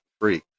free